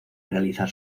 realizar